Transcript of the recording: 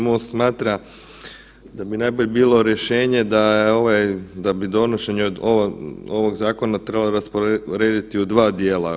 MOST smatra da bi najbolje bilo rješenje da je ovaj, da bi donošenje ovog zakona trebalo rasporediti u dva dijela.